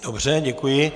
Dobře, děkuji.